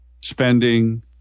spending